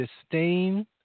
disdain